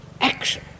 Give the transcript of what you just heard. action